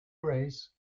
grace